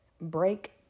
break